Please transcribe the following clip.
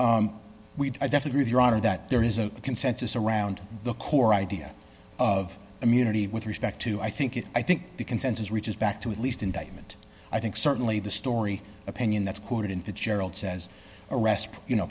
so we definitely have your honor that there is a consensus around the core idea of immunity with respect to i think it i think the consensus reaches back to at least indictment i think certainly the story opinion that's quoted in fitzgerald says arrest you know